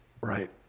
right